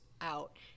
out